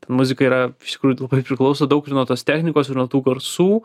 ten muzika yra iš tikrųjų labai priklauso daug ir nuo tos technikos ir nuo tų garsų